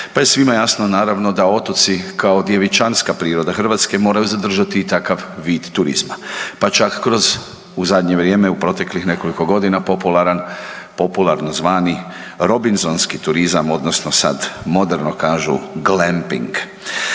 pa je svima jasno, naravno, da otoci kao djevičanska priroda Hrvatske, moraju zadržati i takav vid turizma, pa čak kroz, u zadnje vrijeme u proteklih nekoliko godina popularan, popularno zvani robinzonski turizma, odnosno sad moderno kažu, glamping.